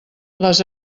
les